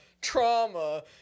trauma